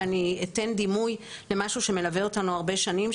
ואני אתן דימוי למשהו שמלווה אותנו הרבה שנים.